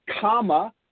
comma